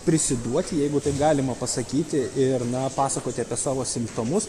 prisiduoti jeigu taip galima pasakyti ir na pasakoti apie savo simptomus